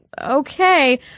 Okay